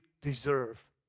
deserve